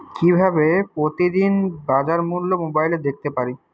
কিভাবে প্রতিদিনের বাজার মূল্য মোবাইলে দেখতে পারি?